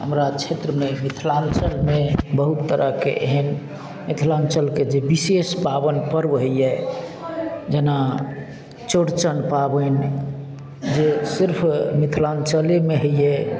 हमरा क्षेत्रमे मिथिलाञ्चलमे बहुत तरहकेँ एहन मिथिलाञ्चलके जे विशेष पाबनि पर्व होइए जेना चौड़चन पाबनि जे सिर्फ मिथिलाञ्चलेमे होइए